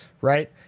right